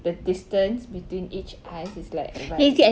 the distance between each eyes is like right